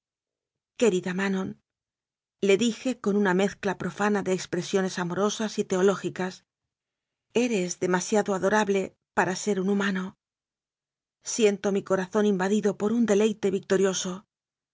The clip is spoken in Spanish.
fundamente querida manonle dije con una mezcla profana de expresiones amorosas y teoló gicas eres demasiado adorable para un ser hu mano siento mi corazón invadido por un deleite victorioso